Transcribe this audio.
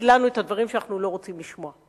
לנו את הדברים שאנחנו לא רוצים לשמוע.